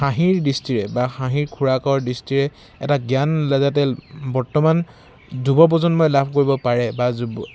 হাঁহিৰ দৃষ্টিৰে বা হাঁহিৰ খোৰাকৰ দৃষ্টিৰে এটা জ্ঞান যাতে বৰ্তমান যুৱপ্ৰজন্মই লাভ কৰিব পাৰে বা যুৱ